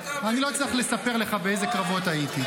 קרעי, באיזה קרב היית?